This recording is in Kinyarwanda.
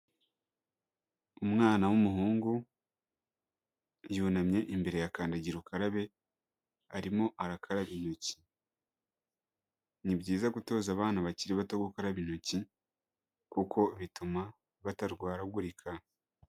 Umwana w'umuhungu yunamye imbere akandagirukarabe arimo arakarabaintoki. Ni byiza gutoza abana gukaraba intoki kuko bituma batarwaragurika.